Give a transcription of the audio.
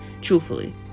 truthfully